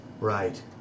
Right